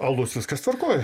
alus viskas tvarkoj